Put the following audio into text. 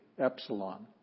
Epsilon